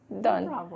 done